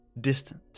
distant